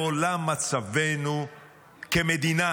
מעולם מצבנו כמדינה